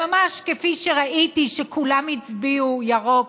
ממש כפי שראיתי שכולם הצביעו ירוק,